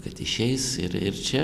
kad išeis ir ir čia